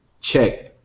check